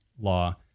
law